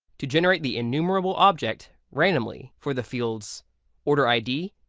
to generate the ennumerable object randomly for the fields order id.